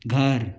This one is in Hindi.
घर